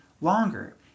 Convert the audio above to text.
longer